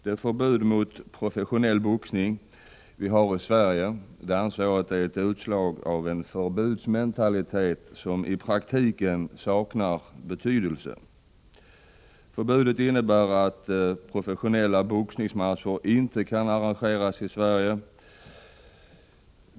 Det förbud mot professionell boxning vi har i Sverige anser jag är ett utslag av en förbudsmentalitet, som i praktiken saknar betydelse. Förbudet innebär att professionella boxningsmatcher inte kan arrangeras i vårt land.